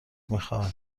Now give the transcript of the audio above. میخواهد